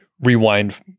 rewind